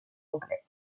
anglais